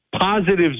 positives